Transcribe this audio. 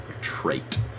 trait